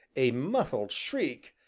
a muffled shriek,